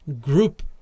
group